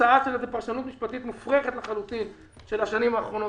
תוצאה של פרשנות משפטית מופרכת לחלוטין של השנים האחרונות,